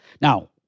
Now